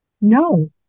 no